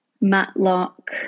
Matlock